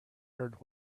heard